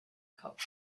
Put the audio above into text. coat